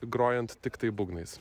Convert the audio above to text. grojant tiktai būgnais